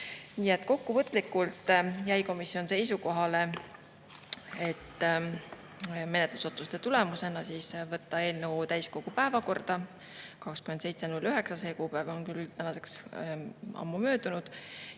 Nii et kokkuvõtlikult jäi komisjon menetlusotsuste tulemusena seisukohale võtta eelnõu täiskogu päevakorda 27.09. See kuupäev on küll tänaseks ammu möödunud.